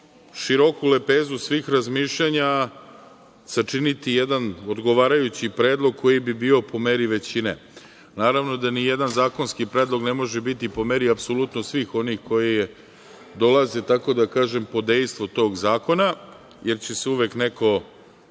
široku lepezu svih razmišljanja, sačiniti jedan odgovarajući predlog koji bi bio po meri većine. Naravno da nijedan zakonski predlog ne može biti po meri apsolutno svih onih koji je dolaze pod dejstvo tog zakona, jer će se uvek neko